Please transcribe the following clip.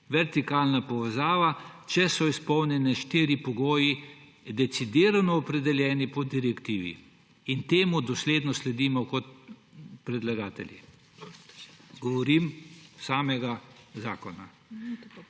vertikalna povezava, če so izpolnjeni štirje pogoji, decidirano opredeljeni po direktivi? In temu dosledno sledimo kot predlagatelji samega zakona.